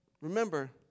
remember